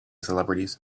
celebrities